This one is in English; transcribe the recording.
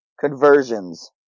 conversions